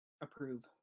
approve